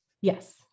Yes